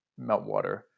meltwater